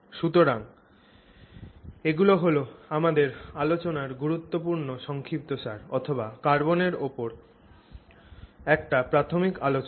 সুতরাং এগুলো হল আমাদের আলোচনার গুরুত্বপূর্ণ সংক্ষিপ্তসার অথবা কার্বনের ওপর একটা প্রাথমিক আলোচনা